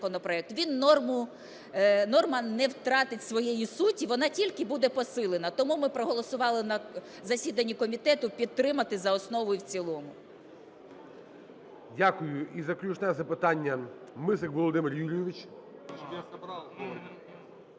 Він норму… норма не втратить своєї суті, вона тільки буде посилена. Тому ми проголосували на засіданні комітету підтримати за основу і в цілому. ГОЛОВУЮЧИЙ. Дякую. І заключне запитання – Мисик Володимир Юрійович.